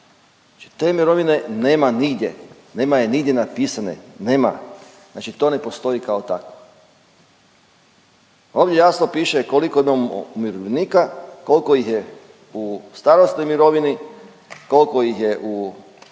te mirovine nema nigdje, nema je nigdje napisane, nema. Znači to ne postoji kao takvo. Ovdje jasno piše koliko ima umirovljenika, koliko ih je u starosnoj mirovini, koliko ih je u